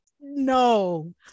No